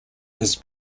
his